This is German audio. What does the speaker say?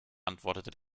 antwortete